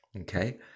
Okay